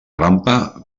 rampa